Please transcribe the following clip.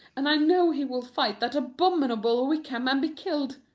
and i know he will fight that abominable wickham and be killed.